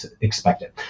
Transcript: expected